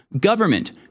Government